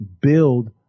build